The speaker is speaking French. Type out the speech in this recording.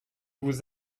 vous